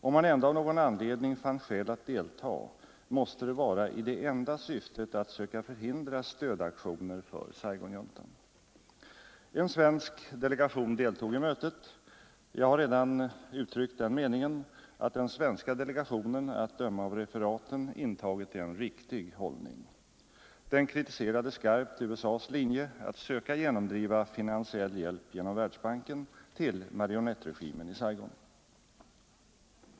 Om man ändå av någon anledning fann skäl att delta måste det vara i det enda syftet att söka förhindra stödaktioner för Saigonjuntan. En svensk delegation deltog i mötet. Jag har redan uttryckt den meningen att den svenska delegationen att döma av referaten intagit en riktig hållning. Den kritiserade skarpt USA:s linje att söka genomdriva finansiell hjälp genom Världsbanken till marionettregimen i Saigon.